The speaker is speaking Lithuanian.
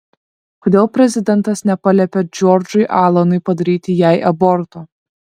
kodėl prezidentas nepaliepė džordžui alanui padaryti jai aborto